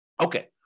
Okay